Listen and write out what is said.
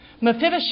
Mephibosheth